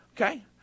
Okay